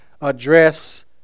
address